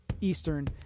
Eastern